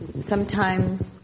sometime